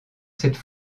cette